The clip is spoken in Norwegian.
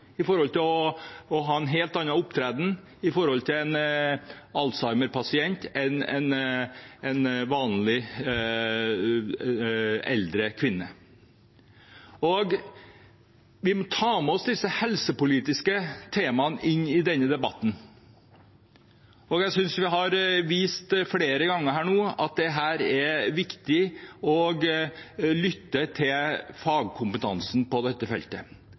til å ha en helt annen opptreden overfor en alzheimerpasient enn overfor en vanlig eldre kvinne. Vi må ta med oss disse helsepolitiske temaene inn i denne debatten. Jeg synes vi flere ganger her har vist at det er viktig å lytte til fagkompetansen på dette feltet.